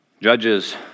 Judges